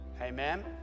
Amen